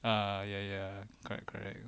ah ya ya correct correct